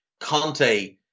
Conte